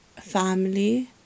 family